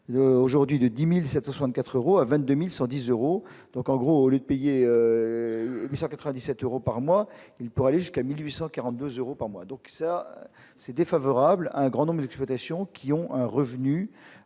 aujourd'hui de 10764 euros à 22110 euros, donc en gros les payer mais ça 4 à 17 euros par mois il peuvent aller jusqu'à 1840 2 euros par mois, donc ça c'est défavorable à un grand nombre d'exploitations qui ont un revenu.